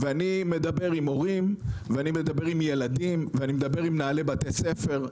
ואני מדבר עם הורים ואני מדבר עם ילדים ואני מדבר עם מנהלי בתי ספר,